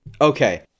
Okay